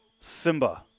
Simba